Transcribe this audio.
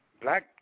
black